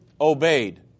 obeyed